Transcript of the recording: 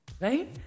Right